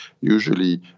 usually